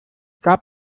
gab